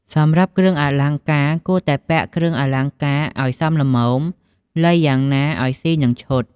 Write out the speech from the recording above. សម្រាប់គ្រឿងអលង្ការគួរតែពាក់គ្រឿងអលង្ការឲ្យសមល្មម លៃយ៉ាងណាឲ្យសុីនឹងឈុត។